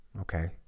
Okay